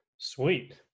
Sweet